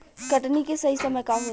कटनी के सही समय का होला?